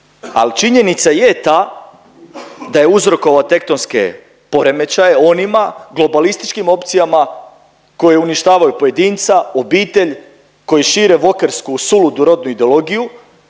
al činjenica je ta da je uzrokovao tektonske poremećaje onima globalističkim opcijama koje uništavaju pojedinca, obitelj, koji šire wokersku suludu rodnu ideologiju